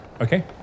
okay